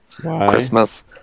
Christmas